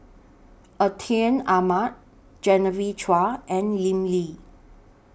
Atin Amat Genevieve Chua and Lim Lee